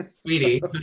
Sweetie